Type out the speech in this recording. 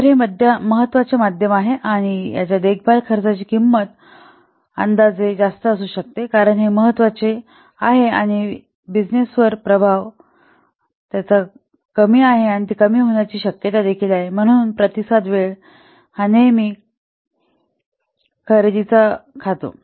तर हे महत्वाचे माध्यम आहे आणि याच्या देखभाल खर्चाची अंदाजे किंमत जास्त असू शकते कारण हे महत्वाचे आहे की व्यवसायावर त्याचा प्रभाव कमी आहे आणि ती कमी होण्याची शक्यता देखील आहे म्हूणन प्रतिसाद वेळ हा नेहमी खरेदीराना खातो